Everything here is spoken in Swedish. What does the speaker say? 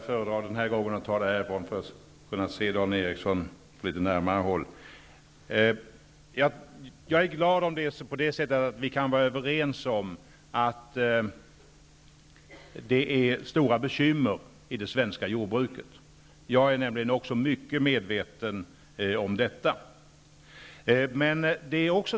Fru talman! Jag är glad om vi kan vara överens om att det är stora bekymmer i det svenska jordbruket. Jag är också mycket medveten om detta.